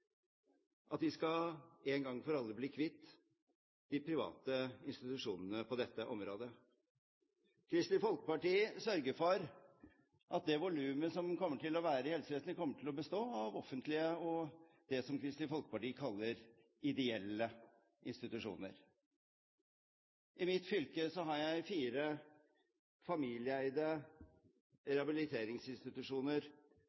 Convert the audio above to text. kvitt de private institusjonene på dette området. Kristelig Folkeparti sørger for at det volumet som kommer til å være i helsevesenet, kommer til å bestå av offentlige og det som Kristelig Folkeparti kaller ideelle institusjoner. I mitt fylke er det fire familieeide